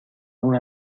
una